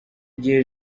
gihe